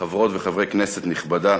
חברות וחברי כנסת נכבדה,